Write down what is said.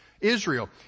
Israel